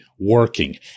working